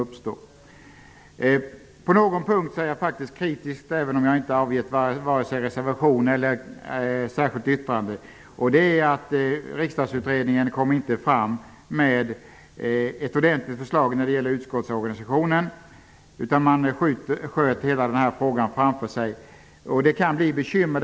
På någon punkt är jag kritisk, även om jag inte avgett vare sig reservation eller särskilt yttrande. Det är att Riksdagsutredningen inte kom fram till ett ordentligt förslag när det gäller utskottsorganisationen, utan man sköt frågan framför sig. Det kan bli bekymmer.